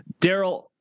Daryl